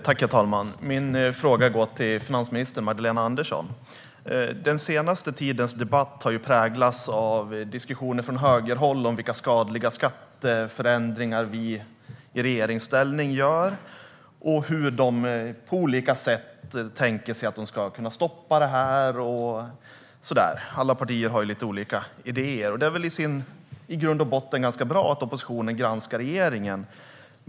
Herr talman! Min fråga går till finansminister Magdalena Andersson. Den senaste tidens debatt har präglats av diskussioner från högerhåll om vilka skadliga skatteförändringar vi i regeringspartierna gör, hur de på olika sätt tänker sig att de ska kunna stoppa dem och så vidare. Alla partier har lite olika idéer. Och det är väl i grund och botten ganska bra att oppositionen granskar regeringen.